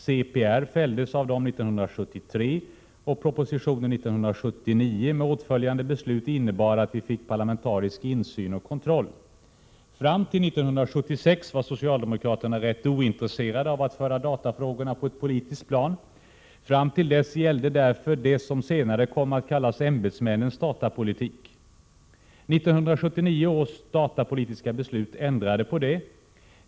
CPR fälldes av dem 1973, och propositionen 1979 med åtföljande beslut innebar att vi fick parlamentarisk insyn och kontroll. Fram till 1976 var socialdemokraterna rätt ointresserade av att föra datafrågorna på ett politiskt plan. Fram till dess gällde därför det som senare kommit att kallas ämbetsmännens datapolitik. 1979 års datapolitiska beslut ändrade på det.